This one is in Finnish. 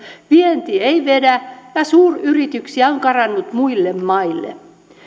vienti ei vedä ja suuryrityksiä on karannut muille maille